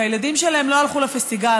והילדים שלהם לא הלכו לפסטיגל,